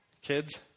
Kids